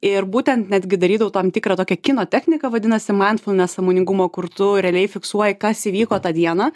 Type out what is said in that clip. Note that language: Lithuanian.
ir būtent netgi darydavau tam tikrą tokią kino techniką vadinasi mindfulness sąmoningumo kur tu realiai fiksuoji kas įvyko tą dieną